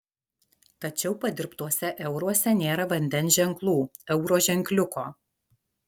tačiau padirbtuose euruose nėra vandens ženklų euro ženkliuko